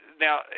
now